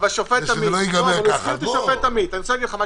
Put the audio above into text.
השופט עמית, ישבתי אתו בנושא